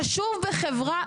חשוב בחברה,